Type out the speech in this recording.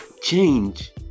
change